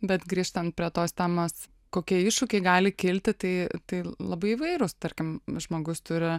bet grįžtam prie tos temos kokie iššūkiai gali kilti tai tai labai įvairūs tarkim žmogus turi